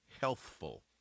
healthful